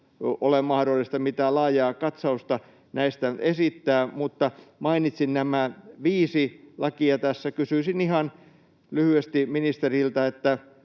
nyt ole mahdollista mitään laajaa kat-sausta näistä esittää, mutta kun mainitsin nämä viisi lakia tässä, kysyisin ihan lyhyesti ministeriltä: